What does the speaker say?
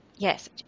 Yes